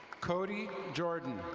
cody jordan.